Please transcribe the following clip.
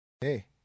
Hey